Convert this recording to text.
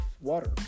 water